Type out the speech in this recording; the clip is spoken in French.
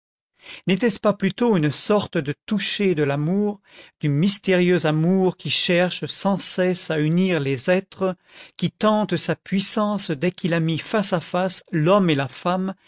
n'est-ce pas plutôt une sorte de toucher de l'amour du mystérieux amour qui cherche sans cesse à unir les êtres qui tente sa puissance dès qu'il a mis face à face l'homme et la femme